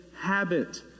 habit